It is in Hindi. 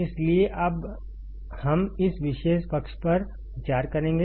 इसलिए अब हम इस विशेष पक्ष पर विचार करेंगे